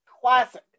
classic